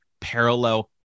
parallel